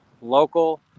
local